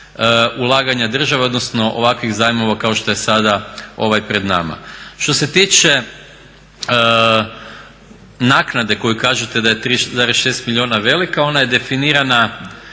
ulaganja države odnosno ovakvih zajmova kao što je sada ovaj pred nama. Što se tiče naknade koju kažete da je 3,6 milijuna velika, ona je definirana